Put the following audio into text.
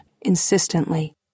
insistently